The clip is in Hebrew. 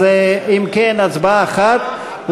אז אם כן, הצבעה אחת.